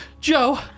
Joe